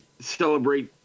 celebrate